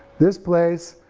this place,